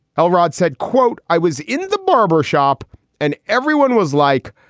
elrod said, quote, i was in the barber shop and everyone was like,